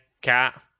Cat